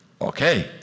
okay